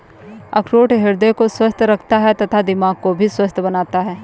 अखरोट हृदय को स्वस्थ रखता है तथा दिमाग को भी स्वस्थ बनाता है